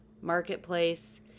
Marketplace